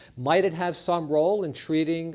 might it have some role in treating